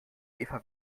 eva